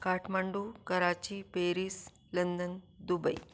Kathmandu Karachi Paris London Dubai